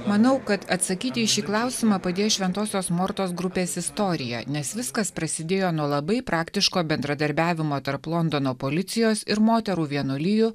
manau kad atsakyti į šį klausimą padėjo šventosios mortos grupės istorija nes viskas prasidėjo nuo labai praktiško bendradarbiavimo tarp londono policijos ir moterų vienuolijų